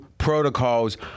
protocols